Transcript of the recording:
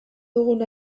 dugun